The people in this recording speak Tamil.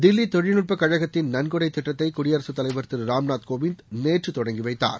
தில்லி தொழில்நுட்பக் கழகத்தின் நள்கொடை திட்டத்தை குடியரசுத் தலைவர் திரு ராம்நாத் கோவிந்த் நேற்று தொடங்கி வைத்தார்